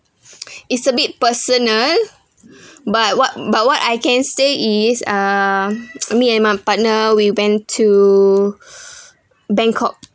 it's a bit personal but what but what I can say is uh me and my partner we went to bangkok